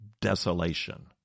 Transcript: desolation